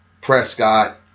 Prescott